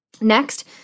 Next